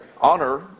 honor